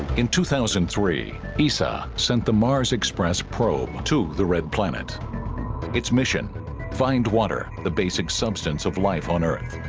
in two thousand and three isa sent the mars express probe to the red planet its mission find water the basic substance of life on earth